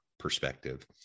Perspective